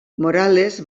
morales